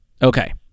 Okay